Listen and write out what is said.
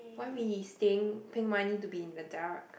why we staying paying money to be in the dark